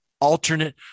alternate